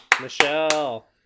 Michelle